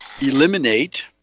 eliminate